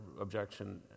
objection